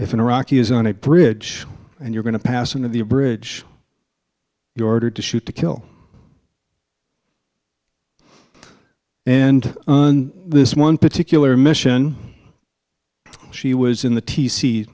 if an iraqi is on a bridge and you're going to pass into the bridge you ordered to shoot to kill and this one particular mission she was in the t